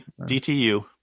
DTU